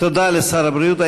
תודה לשר הבריאות.